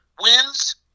wins